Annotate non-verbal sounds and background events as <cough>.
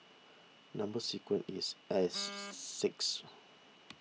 Number Sequence is S <noise> six